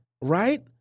right